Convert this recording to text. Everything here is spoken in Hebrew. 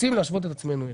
רוצים להשוות את עצמנו אליהם.